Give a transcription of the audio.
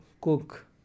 cook